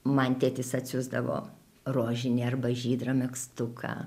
man tėtis atsiųsdavo rožinį arba žydrą megztuką